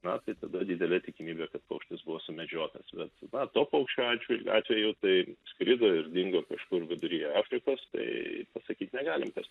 na tai tada didelė tikimybė kad paukštis buvo sumedžiotas bet na tuo paukščio atžvil atveju tai skrido ir dingo kažkur vidury afrikos tai pasakyt negalim kas